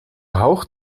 hoog